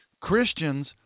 Christians